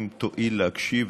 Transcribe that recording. אם תואיל להקשיב,